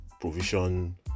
provision